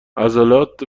عضلات